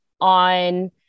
on